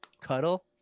cuddle